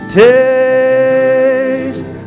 taste